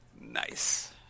Nice